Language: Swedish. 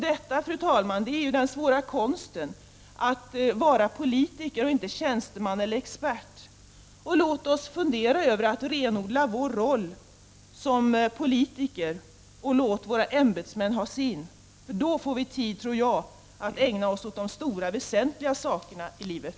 Detta, fru talman, är den svåra konsten att vara politiker och inte tjänsteman eller expert. Låt oss fundera över att renodla vår roll som politiker, och låt våra ämbetsmän ha sin roll. Då tror jag att vi får tid till att ägna oss åt de stora väsentliga sakerna i livet.